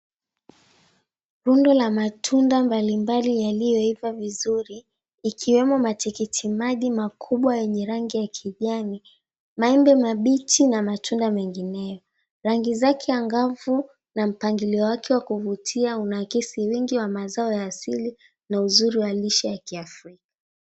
Bunda la matunda mbalimbali yaliyoiva vizuri ikiwemo matikiti maji makubwa yenye rangi ya kijani, maembe mabichi, na matunda mengineyo. Rangi zake angavu na mpangilio wake wa kuvutia unakisi wingi wa mazao ya asili na uzuri wa lishe ya kiafrika.